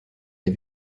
des